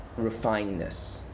refineness